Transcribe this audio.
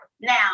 Now